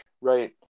right